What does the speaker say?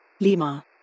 Lima